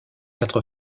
quatre